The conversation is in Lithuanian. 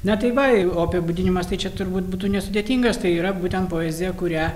na tai va o apibūdinimas tai čia turbūt būtų nesudėtingas tai yra būtent poezija kurią